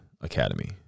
academy